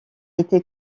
été